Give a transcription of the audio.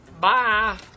Bye